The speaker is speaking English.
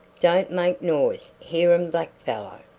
don't make noise hear um black fellow.